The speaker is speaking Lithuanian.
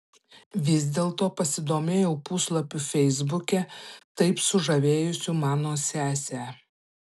vis dėlto pasidomėjau puslapiu feisbuke taip sužavėjusiu mano sesę